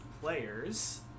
players